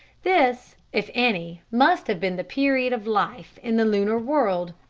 this, if any, must have been the period of life in the lunar world.